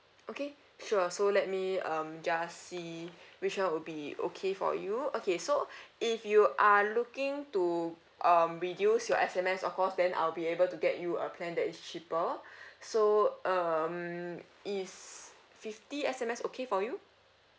okay sure so let me um just see which [one] would be okay for you okay so if you are looking to um reduce your S_M_S of course then I'll be able to get you a plan that is cheaper so um is fifty S_M_S okay for you